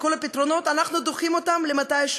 את כל הפתרונות אנחנו דוחים למתישהו.